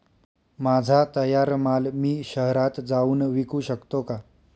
माझा तयार माल मी शहरात जाऊन विकू शकतो का?